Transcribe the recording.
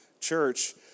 church